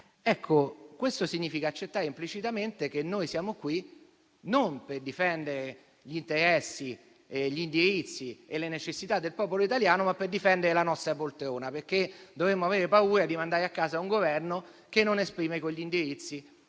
Ecco, questo significa accettare implicitamente che noi siamo qui per difendere non gli interessi, gli indirizzi e le necessità del popolo italiano, ma la nostra poltrona. Dovremmo aver paura infatti di mandare a casa un Governo che non esprime gli indirizzi